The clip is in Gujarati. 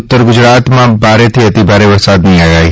ઉત્તર ગુજરાતમાં ભારેથી અતિભારે વરસાદની આગાહી